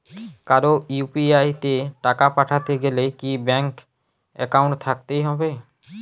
কারো ইউ.পি.আই তে টাকা পাঠাতে গেলে কি ব্যাংক একাউন্ট থাকতেই হবে?